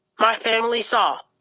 my family saw.